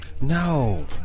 No